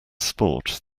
sport